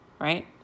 right